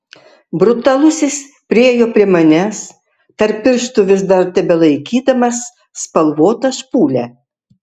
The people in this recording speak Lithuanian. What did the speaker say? brutalusis priėjo prie manęs tarp pirštų vis dar tebelaikydamas spalvotą špūlę